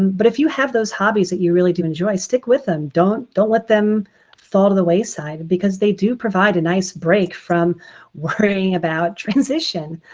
but if you have those hobbies that you really do enjoy, stick with them. don't don't let them fall to the wayside because they do provide a nice break from worrying about transition.